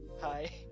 Hi